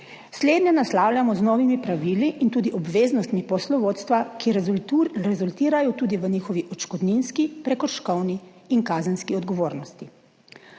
Slednje naslavljamo z novimi pravili in tudi obveznostmi poslovodstva, ki rezultirajo tudi v njihovi odškodninski, prekrškovni in kazenski odgovornosti.